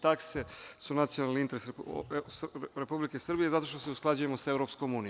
Takse su nacionalni interes Republike Srbije zato što se usklađujemo sa EU.